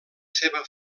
seva